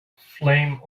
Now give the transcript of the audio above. flame